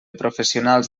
professionals